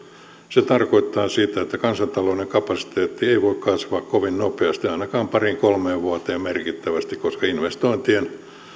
se tarkoittaa sitä että kansantalouden kapasiteetti ei voi kasvaa kovin nopeasti ainakaan pariin kolmeen vuoteen merkittävästi koska investointien